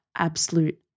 Absolute